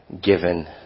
given